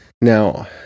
Now